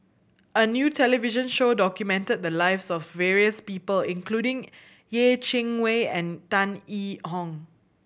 a new television show documented the lives of various people including Yeh Chi Wei and Tan Yee Hong